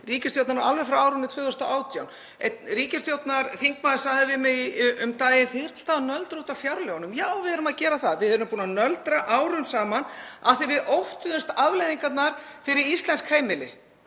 ríkisstjórnarinnar alveg frá árinu 2018. Einn ríkisstjórnarþingmaður sagði við mig um daginn: Þið eruð alltaf að nöldra út af fjárlögunum. Já, við erum að gera það. Við erum búin að nöldra árum saman af því við óttuðumst afleiðingarnar fyrir íslensk heimili,